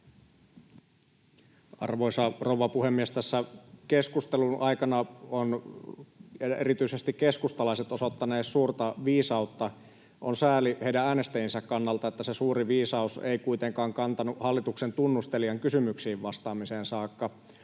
Arvoisa rouva puhemies! Tässä keskustelun aikana ovat erityisesti keskustalaiset osoittaneet suurta viisautta. On sääli heidän äänestäjiensä kannalta, että se suuri viisaus ei kuitenkaan kantanut hallituksen tunnustelijan kysymyksiin vastaamiseen saakka.